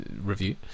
Review